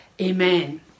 Amen